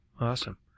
Awesome